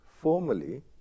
formally